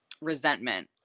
resentment